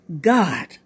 God